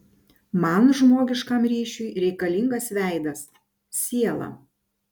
man žmogiškam ryšiui reikalingas veidas siela